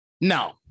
No